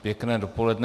Pěkné dopoledne.